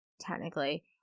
technically